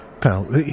pal